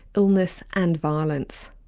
illness and violence.